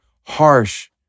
harsh